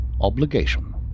obligation